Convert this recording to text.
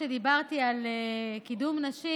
שדיברתי בה על קידום נשים,